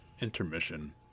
intermission